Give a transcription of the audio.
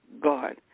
god